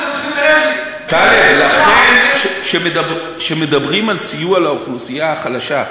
טלב, לכן, כשמדברים על סיוע לאוכלוסייה החלשה,